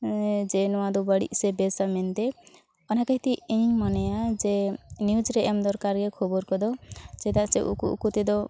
ᱡᱮ ᱱᱚᱣᱟ ᱫᱚ ᱵᱟᱹᱲᱤᱡ ᱥᱮ ᱵᱮᱥᱟ ᱢᱮᱱᱛᱮ ᱚᱱᱟ ᱠᱷᱟᱹᱛᱤᱨᱛᱮ ᱤᱧᱤᱧ ᱢᱚᱱᱮᱭᱟ ᱡᱮ ᱱᱤᱣᱩᱡᱽ ᱨᱮ ᱮᱢ ᱫᱚᱨᱠᱟᱨ ᱜᱮᱭᱟ ᱠᱷᱚᱵᱚᱨ ᱠᱚᱫᱚ ᱪᱮᱫᱟᱜ ᱪᱮ ᱩᱠᱩ ᱩᱠᱩᱛᱮ ᱫᱚ